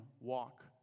walk